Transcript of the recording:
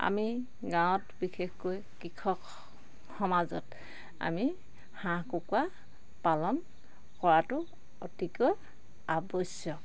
আমি গাঁৱত বিশেষকৈ কৃষক সমাজত আমি হাঁহ কুকুৰা পালন কৰাটো অতিকৈ আৱশ্যক